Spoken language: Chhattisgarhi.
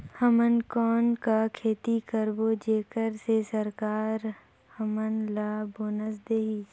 हमन कौन का खेती करबो जेकर से सरकार हमन ला बोनस देही?